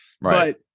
Right